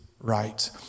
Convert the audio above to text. right